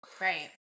Right